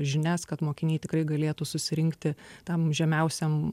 žinias kad mokiniai tikrai galėtų susirinkti tam žemiausiam